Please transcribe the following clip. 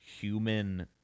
human